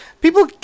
People